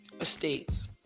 estates